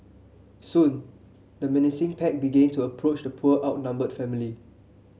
soon the menacing pack begin to approach the poor outnumbered family